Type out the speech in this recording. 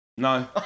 No